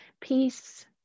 peace